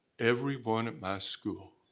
everyone at my school.